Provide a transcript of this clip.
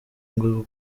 ngo